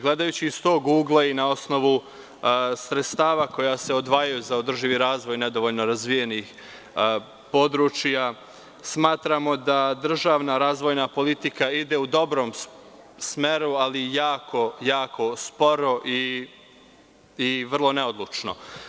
Gledajući iz tog ugla i na osnovu sredstava koja se odvajaju za održivi razvoj nedovoljno razvijenih područja, smatramo da državna razvojna politika ide u dobrom smeru, ali jako sporo i vrlo neodlučno.